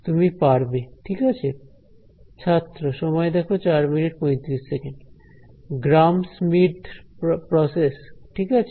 তুমি পারবে ঠিক আছে গ্রাম স্মিডট প্রসেস ঠিক আছে